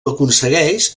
aconsegueix